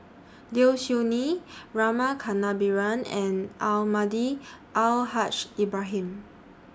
Low Siew Nghee Rama Kannabiran and Almahdi Al Haj Ibrahim